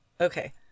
Okay